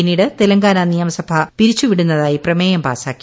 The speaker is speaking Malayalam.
പിന്നീട് തെലങ്കാന നിയമസഭ പിരിച്ചുവിടുന്നതായി പ്രമേയം പാസാക്കി